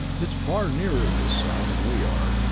it's far nearer the sun than we are,